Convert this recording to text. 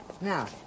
Now